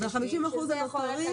שזה יכול ללכת,